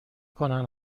کنن